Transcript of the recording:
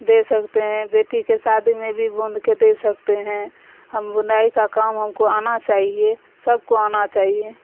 دے سکتے ہیں بیٹی کے سادی میں بھی بند کے دے سکتے ہیں ہم بندائی کا کام ہم کو آنا چاہیے سب کو آنا چاہیے